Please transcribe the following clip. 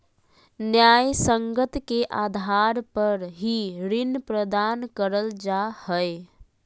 न्यायसंगत के आधार पर ही ऋण प्रदान करल जा हय